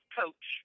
coach